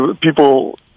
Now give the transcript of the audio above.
people